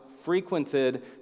frequented